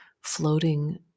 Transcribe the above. floating